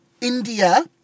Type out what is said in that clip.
India